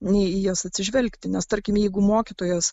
nei į jas atsižvelgti nes tarkim jeigu mokytojas